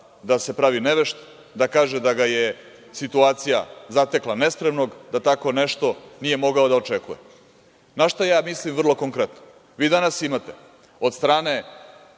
da se pravi nevešt, da kaže da ga je situacija zatekla nespremnog, da tako nešto nije mogao da očekuje. Na šta ja mislim vrlo konkretno? Vi danas imate od strane